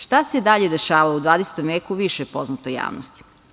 Šta se dalje dešavalo u 20. veku više je poznato javnosti.